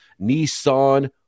Nissan